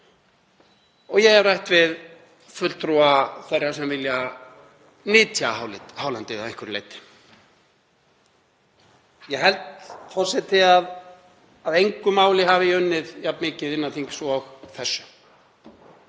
Ég hef rætt við fulltrúa þeirra sem vilja nytja hálendið að einhverju leyti. Ég held, forseti, að að engu máli hafi ég unnið jafn mikið innan þings og þessu,